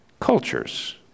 cultures